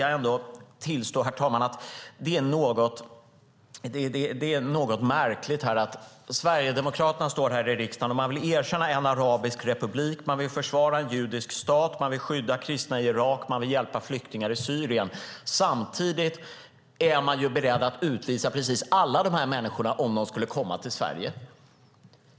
Jag måste ändå tillstå att det är något märkligt att Sverigedemokraterna står här i riksdagen och vill erkänna en arabisk republik, försvara en judisk stat, skydda kristna i Irak och hjälpa flyktingar i Syrien. Samtidigt är de beredda att utvisa precis alla dessa människor om de skulle komma till Sverige.